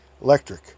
electric